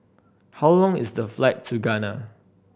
how long is the flight to Ghana